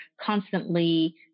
constantly